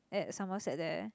at Somerset there